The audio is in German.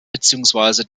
beziehungsweise